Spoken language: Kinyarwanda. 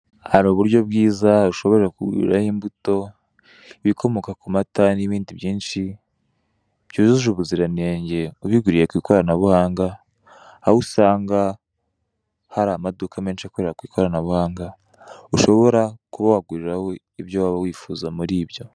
Hari uburyo bwiza hashobora kuraho imbuto, ibikomoka ku mata n'ibindi byinshi byujuje ubuziranenge, ubiguriye ku ikoranabuhanga, aho usanga hari amaduka menshi akorera ku ikoranabuhanga, ushobora kuba wagurira ibyo wifuza muri ibyo.